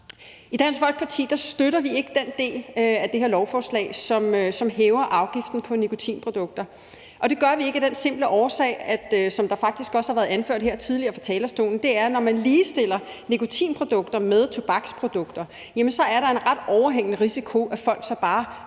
I Dansk Folkeparti støtter vi ikke den del af det her lovforslag, som hæver afgiften på nikotinprodukter, og det gør vi ikke af den simple årsag, at når man – som det faktisk også har været anført tidligere her på talerstolen – ligestiller nikotinprodukter med tobaksprodukter, er der en overhængende risiko for, at folk så bare